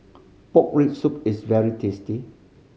pork rib soup is very tasty